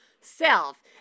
self